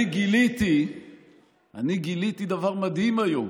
אני גיליתי דבר מדהים היום,